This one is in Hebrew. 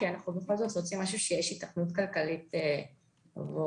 כי אנחנו רוצים משהו שיש היתכנות כלכלית עבורו,